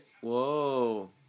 Whoa